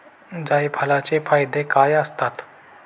जायफळाचे फायदे काय असतात?